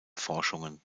forschungen